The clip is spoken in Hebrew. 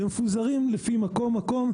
הן מפוזרות לפי מקום-מקום,